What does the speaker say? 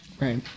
Right